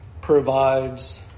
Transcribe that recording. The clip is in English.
provides